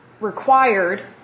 required